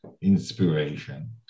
inspiration